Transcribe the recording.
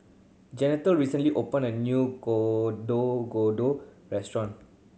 Jeanette recently opened a new Gado Gado restaurant